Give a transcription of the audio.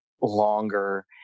longer